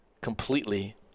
completely